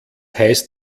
heißt